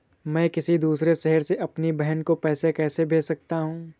मैं किसी दूसरे शहर से अपनी बहन को पैसे कैसे भेज सकता हूँ?